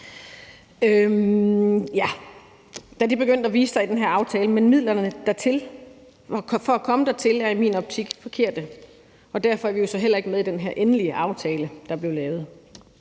muskler begyndte at vise sig i den her aftale. Men midlerne til at komme dertil er i min optik forkerte, og derfor er vi jo så heller ikke med i den her endelige aftale, der blev lavet.